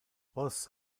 vos